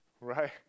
right